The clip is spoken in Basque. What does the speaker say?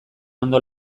ondo